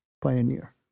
Pioneer